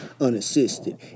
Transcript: Unassisted